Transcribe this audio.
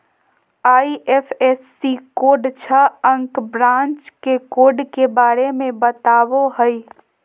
IFSC code छह अंक branch के कोड के बारे में बतावो हइ